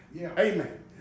Amen